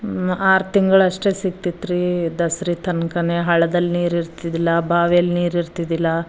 ಆರು ತಿಂಗ್ಳು ಅಷ್ಟೆ ಸಿಗ್ತಿತ್ರಿ ದಸರಿ ತನಕನೆ ಹಳ್ಳದಲ್ಲಿ ನೀರು ಇರ್ತಿದ್ದಿಲ್ಲ ಬಾವಿಯಲ್ಲಿ ನೀರು ಇರ್ತಿದ್ದಿಲ್ಲ